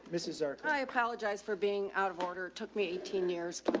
mrs. sorry, i apologize for being out of order. it took me eighteen years.